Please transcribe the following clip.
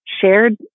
shared